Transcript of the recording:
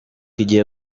igiye